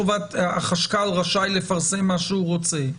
החשכ"ל רשאי לפרסם מה שהוא רוצה.